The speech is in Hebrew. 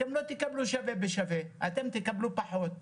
אתם לא תקבלו שווה בשווה, אתם תקבלו פחות.